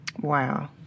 Wow